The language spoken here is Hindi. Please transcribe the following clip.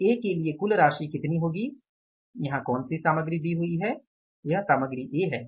तो ए के लिए कुल राशि कितनी होगी यहां कौन सी सामग्री दी हुई है वह सामग्री ए है